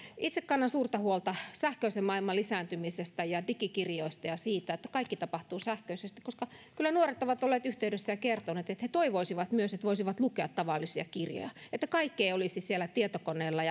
itse kannan suurta huolta sähköisen maailman lisääntymisestä ja digikirjoista ja siitä että kaikki tapahtuu sähköisesti koska nuoret ovat olleet yhteydessä ja kertoneet että he toivoisivat myös että voisivat lukea tavallisia kirjoja että kaikki ei olisi siellä tietokoneella